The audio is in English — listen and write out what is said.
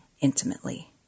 intimately